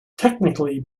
technically